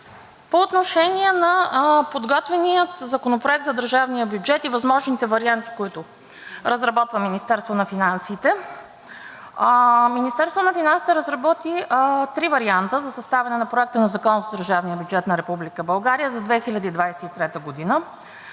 По отношение на подготвения законопроект за държавния бюджет и възможните варианти, които разработва Министерството на финансите. Министерството на финансите разработи три варианта за съставяне на Проект на закона за държавния бюджет на Република